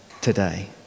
today